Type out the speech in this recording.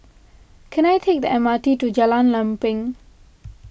can I take the M R T to Jalan Lempeng